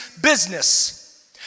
business